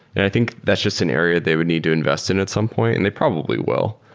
i think that's just an area they would need to invest in at some point and they probably will.